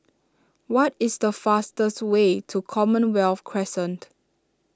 what is the fastest way to Commonwealth Crescent